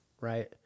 right